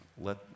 let